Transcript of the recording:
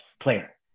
player